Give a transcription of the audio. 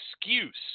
excuse